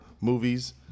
movies